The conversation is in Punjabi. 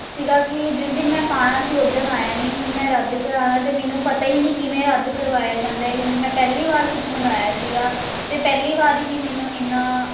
ਸੀਗਾ ਕਿ ਜਿਸ ਦਿਨ ਮੈਂ ਪਾਉਣਾ ਸੀ ਉਸ ਦਿਨ ਆਇਆ ਨਹੀਂ ਮੈਂ ਰੱਦ ਕਰਾਉਣਾ ਅਤੇ ਮੈਨੂੰ ਪਤਾ ਹੀ ਨਹੀਂ ਕਿਵੇਂ ਰੱਦ ਕਰਵਾਇਆ ਜਾਂਦਾ ਕਿਉਂਕਿ ਮੈਂ ਪਹਿਲੀ ਵਾਰ ਕੁਝ ਮੰਗਾਇਆ ਸੀਗਾ ਅਤੇ ਪਹਿਲੀ ਵਾਰ ਹੀ ਮੈਨੂੰ ਇੰਨਾਂ